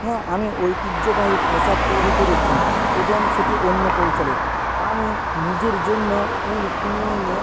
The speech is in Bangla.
হ্যাঁ আমি ঐতিহ্যবাহী পোশাক তৈরি করেছি এবং সেটি অন্য কৌশলে আমি নিজের জন্য উল কিনে এনে